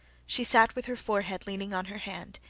she sat with her forehead leaning on her hand,